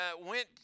went